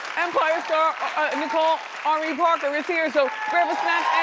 empire star nicole ari parker is here, so grab